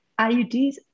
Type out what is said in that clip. IUDs